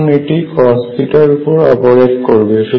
এখন এটি cos র উপর অপরেট করবে